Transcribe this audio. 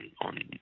on